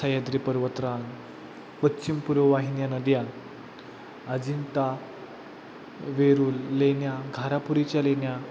सह्याद्री पर्वतरांगपश्चिम पुर्व वाहिन्या नद्या अजिंता वेरूळ लेण्या घारापुरीच्या लेण्या